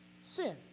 sin